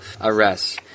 arrests